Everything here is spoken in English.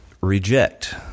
reject